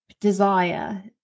desire